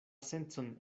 sencon